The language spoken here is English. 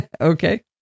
Okay